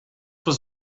was